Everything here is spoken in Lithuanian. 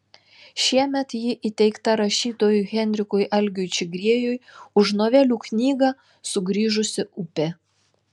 šiemet ji įteikta rašytojui henrikui algiui čigriejui už novelių knygą sugrįžusi upė